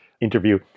interview